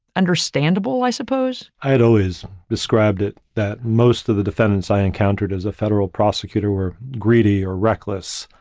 understandable, i suppose. i'd always described it that most of the defendants i encountered as a federal prosecutor were greedy or reckless.